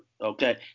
Okay